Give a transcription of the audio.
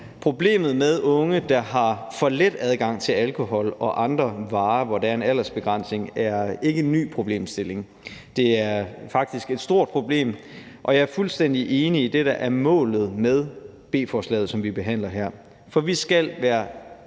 Problemet med unge, der har for let adgang til alkohol og andre varer, der er en aldersbegrænsning på, er ikke en ny problemstilling. Det er faktisk et stort problem, og jeg er fuldstændig enig i det, der er målet med beslutningsforslaget, som vi behandler her. For vi skal være